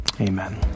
amen